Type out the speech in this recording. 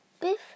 Biff